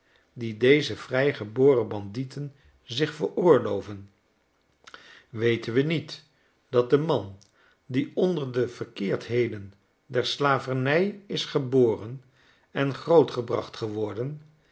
die deze vrijgeboren bandieten zich veroorloven weten we niet dat de man die onder de verkeerdheden der slavernij is geboren en grootgebracht geworden